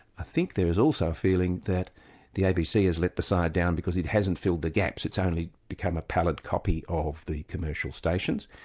i think there is also a feeling that the abc has let the side down because it hasn't filled the gaps, it's only become a pallid copy of the commercial stations,